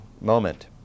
moment